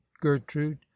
gertrude